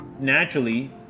naturally